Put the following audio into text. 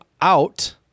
out